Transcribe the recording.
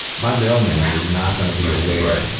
my mailman is not gonna be aware